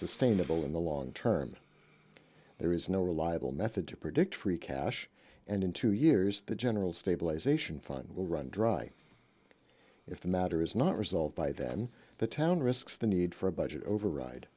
unsustainable in the long term there is no reliable method to predict free cash and in two years the general stabilization fund will run dry if the matter is not resolved by then the town risks the need for a budget override